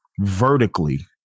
vertically